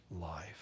life